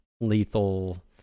lethal